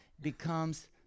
becomes